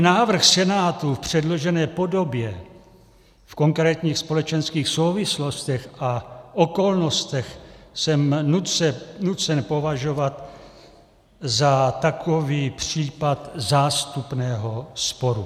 Žalobní návrh Senátu v předložené podobě v konkrétních společenských souvislostech a okolnostech jsem nucen považovat za takový případ zástupného sporu.